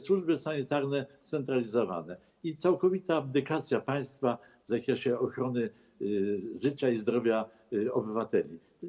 Służby sanitarne scentralizowane i całkowita abdykacja państwa w zakresie ochrony życia i zdrowia obywateli.